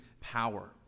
power